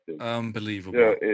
Unbelievable